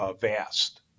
vast